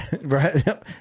Right